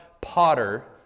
potter